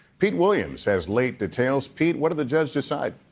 pete williams has late details. pete, what did the judge decide?